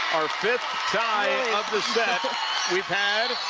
our fifth tie of the set we've had